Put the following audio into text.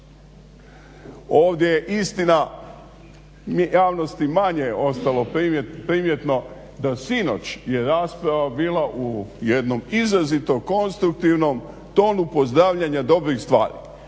Ovdje je istina javnosti manje je ostalo primjetno da sinoć je rasprava bila u jednom izrazito konstruktivnom tonu pozdravljanja dobrih stvari.